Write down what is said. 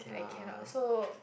I cannot so